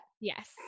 Yes